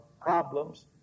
problems